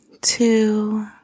two